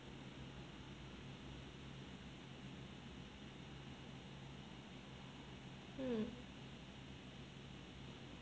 mm